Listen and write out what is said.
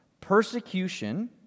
Persecution